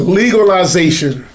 legalization